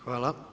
Hvala.